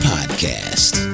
Podcast